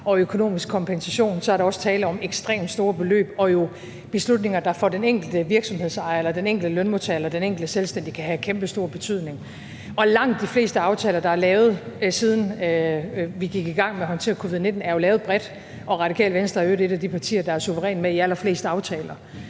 og økonomisk kompensation, så er der også tale om ekstremt store beløb og jo beslutninger, der for den enkelte virksomhedsejer eller den enkelte lønmodtager eller den enkelte selvstændige kan have kæmpestor betydning. Langt de fleste aftaler, der er lavet, siden vi gik i gang med at håndtere covid-19, er jo lavet bredt, og Radikale Venstre er i øvrigt et af de partier, der suverænt er med i allerflest aftaler,